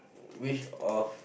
which of